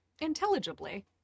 intelligibly